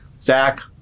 Zach